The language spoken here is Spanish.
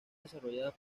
desarrolladas